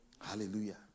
Hallelujah